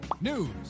news